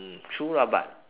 mm true lah but